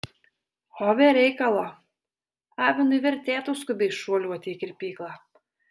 o be reikalo avinui vertėtų skubiai šuoliuoti į kirpyklą